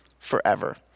forever